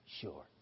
sure